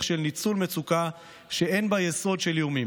של ניצול מצוקה שאין בה יסוד של איומים,